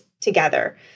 together